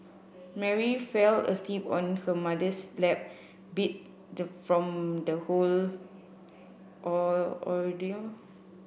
Mary fell asleep on her mother's lap beat the from the whole ordeal